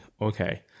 okay